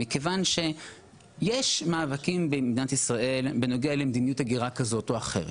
מכיוון שיש מאבקים במדינת ישראל בנוגע למדיניות הגירה כזאת או אחרת.